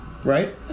Right